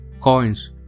coins